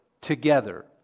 together